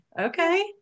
Okay